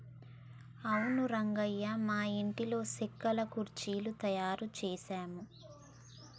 అవును రంగయ్య మా ఇంటిలో సెక్కల కుర్చీలు తయారు చేసాము